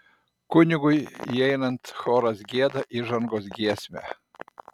kunigui įeinant choras gieda įžangos giesmę